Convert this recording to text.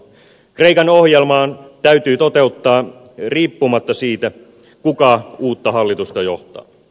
kreikan ohjelma täytyy toteuttaa riippumatta siitä kuka uutta hallitusta johtaa